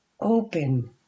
Open